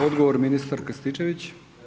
Odgovor ministar Krstičević.